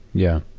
yeah.